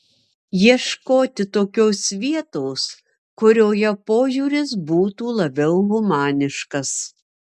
ieškoti tokios vietos kurioje požiūris būtų labiau humaniškas